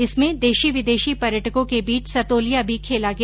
इसमें देशी विदेशी पर्यटकों के बीच सतौलिया भी खेला गया